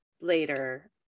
later